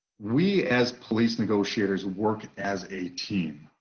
we as police negotiators work as a team.